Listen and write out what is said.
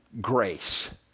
grace